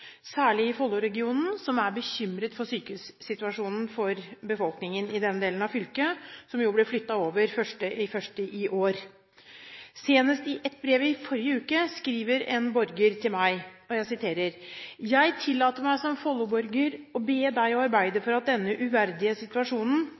særlig i Follo-regionen – som er bekymret for sykehussituasjonen for befolkningen i denne delen av fylket, som ble flyttet over 1. januar i år. Senest i et brev i forrige uke skrev en borger til meg: «Jeg tillater meg – som Follo-borger – å be deg arbeide